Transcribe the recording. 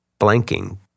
blanking